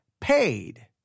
paid